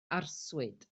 arswyd